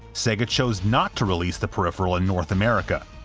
sega chose not to release the peripheral in north america.